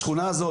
השכונה הזאת,